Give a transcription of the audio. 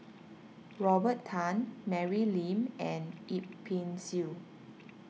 Robert Tan Mary Lim and Yip Pin Xiu